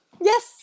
Yes